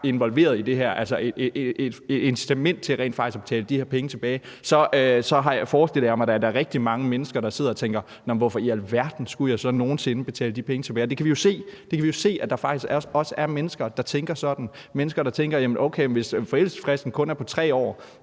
involveret i det her, altså et incitament til rent faktisk at betale de her penge tilbage, forestiller jeg mig, at der er rigtig mange mennesker, der sidder og tænker: Hvorfor i alverden skulle jeg så nogen sinde betale de penge tilbage? Vi kan jo se, at der faktisk også er mennesker, der tænker sådan – mennesker, der tænker: Jamen okay, hvis forældelsesfristen kun er på 3 år